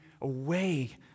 away